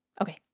Okay